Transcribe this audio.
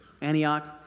Antioch